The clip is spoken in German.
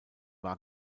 war